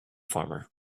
farmer